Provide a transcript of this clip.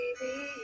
baby